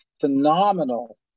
phenomenal